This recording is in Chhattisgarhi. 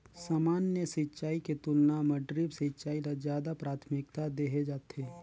सामान्य सिंचाई के तुलना म ड्रिप सिंचाई ल ज्यादा प्राथमिकता देहे जाथे